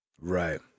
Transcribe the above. Right